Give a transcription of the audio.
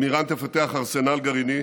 אם איראן תפתח ארסנל גרעיני,